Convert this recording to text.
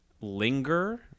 linger